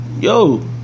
Yo